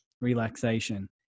relaxation